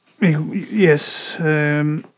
yes